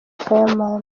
fireman